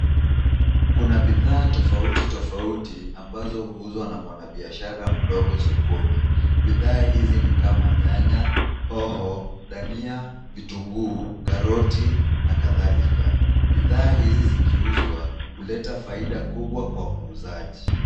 Kuna bidhaa tofauti tofauti ambazo huuzwa na mwanabiashara mdogo sokoni, bidhaa hizi ni kama nyanya, hoho, dhania, vitunguu, karoti nakadhalika. Bidhaa hizi zikiuzwa, huleta faida kubwa kwa muuzaji.